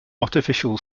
artificial